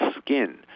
skin